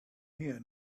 here